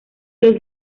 los